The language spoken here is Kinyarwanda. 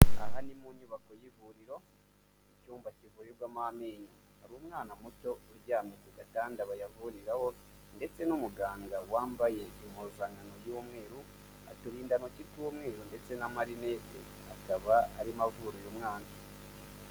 Aha ni mu nyubako y'ivuriro icyumba kivurirwamo amenyo, hari umwana muto uryamye ku gatanda bayavuriraho ndetse n'umuganga wambaye impuzankano y'umweru, aturindantoti tw'umweru ndetse n'amarinete. Akaba arimo avura uyu mwana.